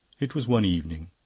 it was one evening.